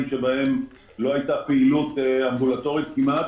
בהם לא הייתה כמעט פעילות אמבולטורית,